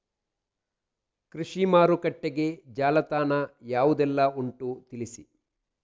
ಕೃಷಿ ಮಾರುಕಟ್ಟೆಗೆ ಜಾಲತಾಣ ಯಾವುದೆಲ್ಲ ಉಂಟು ತಿಳಿಸಿ